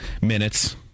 Minutes